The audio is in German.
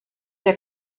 der